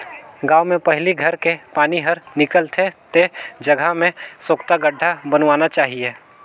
गांव में पहली घर के पानी हर निकल थे ते जगह में सोख्ता गड्ढ़ा बनवाना चाहिए